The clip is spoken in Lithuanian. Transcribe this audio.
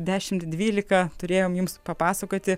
dešimt dvylika turėjom jums papasakoti